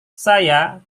saya